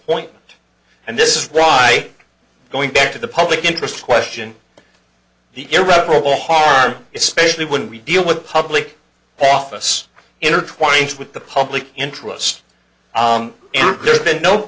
point and this is right going back to the public interest question the irreparable harm especially when we deal with public office intertwined with the public interest